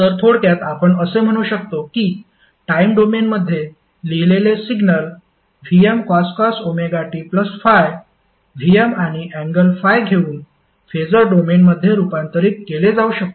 तर थोडक्यात आपण असे म्हणू शकतो की टाइम डोमेन मध्ये लिहिलेले सिग्नल Vmcos ωt∅ Vm आणि अँगल ∅ घेऊन फेसर डोमेनमध्ये रूपांतरित केले जाऊ शकते